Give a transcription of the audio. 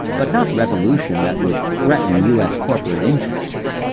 but not revolution that would threaten u s. corporate interests.